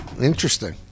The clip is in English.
Interesting